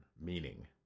meaning